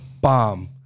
bomb